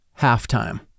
Halftime